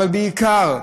אבל בעיקר,